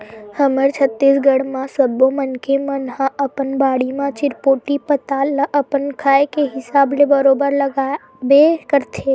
हमर छत्तीसगढ़ म सब्बो मनखे मन ह अपन बाड़ी म चिरपोटी पताल ल अपन खाए के हिसाब ले बरोबर लगाबे करथे